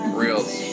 reels